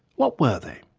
what were they?